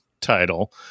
title